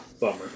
Bummer